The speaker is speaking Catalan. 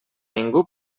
ningú